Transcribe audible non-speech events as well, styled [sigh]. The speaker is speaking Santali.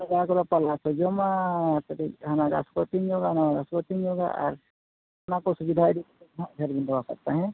ᱯᱟᱞᱦᱟ ᱠᱚ ᱡᱚᱢᱟ ᱠᱟᱹᱴᱤᱡ ᱜᱷᱟᱥ ᱠᱚ ᱟᱹᱛᱤᱧᱟ ᱟᱹᱛᱤᱧ ᱧᱚᱜᱟ ᱟᱨ ᱚᱱᱟ ᱠᱚ ᱥᱩᱵᱤᱫᱷᱟ ᱤᱫᱤ ᱠᱟᱛᱮᱫ ᱦᱟᱸᱜ [unintelligible] ᱛᱟᱦᱮᱸᱫ